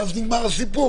ואז נגמר הסיפור,